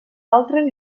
altres